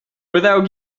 without